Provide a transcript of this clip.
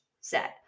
set